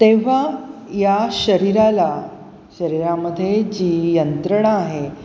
तेव्हा या शरीराला शरीरामध्ये जी यंत्रणा आहे